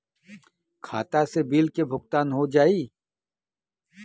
खाता से बिल के भुगतान हो जाई?